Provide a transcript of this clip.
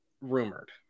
rumored